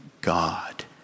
God